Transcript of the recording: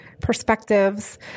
perspectives